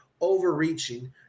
overreaching